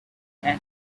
acne